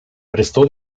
prestó